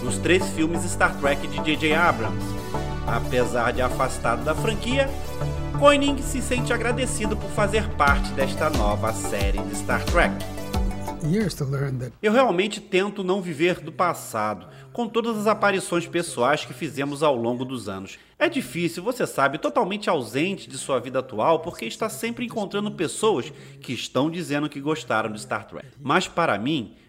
nos três filmes Star Trek de J.J. Abrams. Apesar de afastado da franquia, Koenig se sente agradecido por fazer parte desta nova série de Star Trek. Years to learn that- Eu realmente tento não viver do passado, com todas as aparições pessoais que fizemos ao longo dos anos. É difícil, você sabe, totalmente ausente de sua vida atual, porque está sempre encontrando pessoas que estão dizendo que gostaram de Star Trek. Mas, para mim,